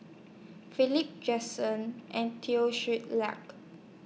Philip Jackson and Teo Ser Luck